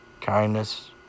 kindness